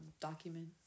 document